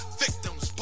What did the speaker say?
victims